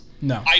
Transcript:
No